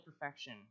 perfection